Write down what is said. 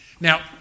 now